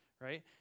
right